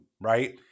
Right